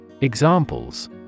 examples